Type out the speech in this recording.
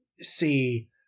see